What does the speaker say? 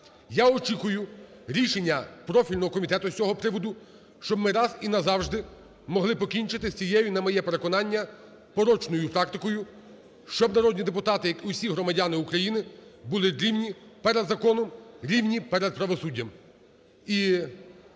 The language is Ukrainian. Я очікую рішення профільного комітету з цього приводу, щоб ми раз і назавжди могли покінчити з цією, на моє переконання, порочною практикою, щоб народні депутати, як усі громадяни України, були рівні перед законом, рівні перед правосуддям.